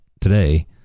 today